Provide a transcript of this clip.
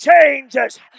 changes